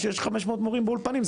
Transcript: שיש חמש מאות מורים באולפנים.